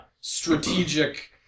Strategic